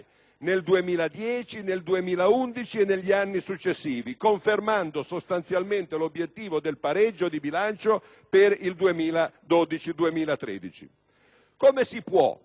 nel 2010, nel 2011 e negli anni successivi, confermando sostanzialmente l'obiettivo del pareggio di bilancio per il 2012-2013. Di